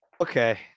Okay